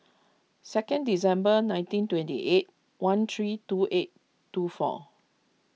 second December nineteen twenty eight one three two eight two four